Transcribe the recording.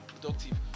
productive